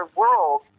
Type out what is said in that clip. world